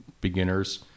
beginners